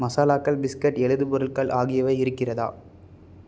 மசாலாக்கள் பிஸ்கட் எழுதுபொருட்கள் ஆகியவை இருக்கிறதா